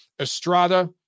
Estrada